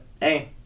hey